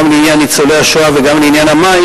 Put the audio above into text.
גם לעניין ניצולי השואה וגם לעניין המים,